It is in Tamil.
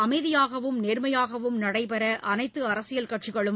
அமைதியாகவும் நேர்மையாகவும் நடைபெற அனைத்து அரசியல் கட்சிகளும்